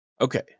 okay